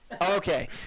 Okay